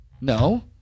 No